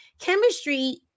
chemistry